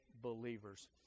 believers